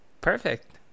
perfect